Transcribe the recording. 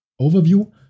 overview